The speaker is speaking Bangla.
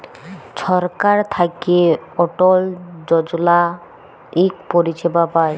ছরকার থ্যাইকে অটল যজলা ইক পরিছেবা পায়